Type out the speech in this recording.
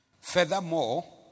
Furthermore